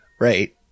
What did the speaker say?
Right